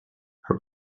her